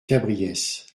cabriès